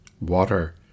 Water